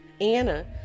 Anna